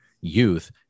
Youth